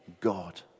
God